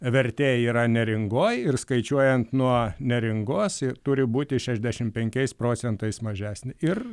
vertė yra neringoj ir skaičiuojant nuo neringos turi būti šešiasdešimt penkiais procentais mažesnė ir